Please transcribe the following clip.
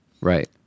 Right